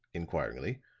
inquiringly,